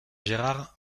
gérard